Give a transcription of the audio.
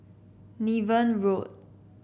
Niven Road